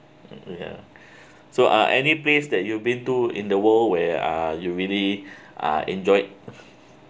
mmhmm ya so uh any place that you been to in the world where are you really uh enjoyed